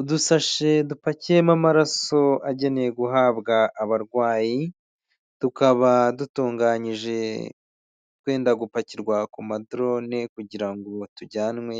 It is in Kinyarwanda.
Udusashe dupakiyemo amaraso agenewe guhabwa abarwayi, tukaba dutunganyije twenda gupakirwa ku madorone kugira ngo tujyanwe